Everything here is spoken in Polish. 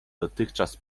dotychczas